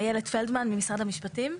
שמי אילת פלדמן ממשרד המשפטים,